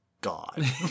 God